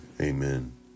Amen